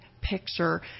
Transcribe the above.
picture